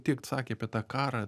tiek sakė apie tą karą